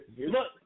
look